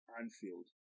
Anfield